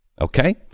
Okay